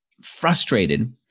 frustrated